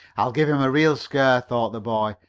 i'll give him a real scare, thought the boy.